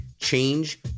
change